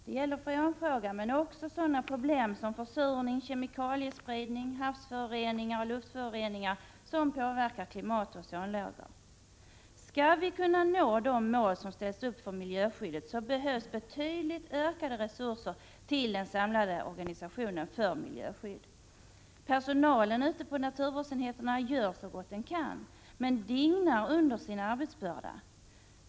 Det gäller freonfrågan men också sådana problem som försurning, kemikaliespridning och havsföroreningar samt luftföroreningar som påverkar klimat och ozonlager. Skall vi kunna nå de mål som ställts upp för miljöskyddet så behövs betydligt ökade resurser till den samlade organisationen för miljöskydd. Personalen ute på naturvårdsenheterna gör så gott den kan men dignar under sin arbetsbörda.